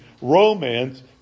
romance